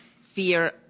fear